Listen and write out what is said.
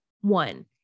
One